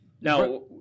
Now